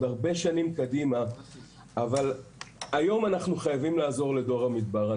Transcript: הרבה שנים קדימה אבל היום אנחנו חייבים לעזור לדור המדבר.